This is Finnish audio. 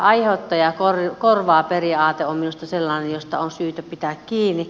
aiheuttaja korvaa periaate on minusta sellainen josta on syytä pitää kiinni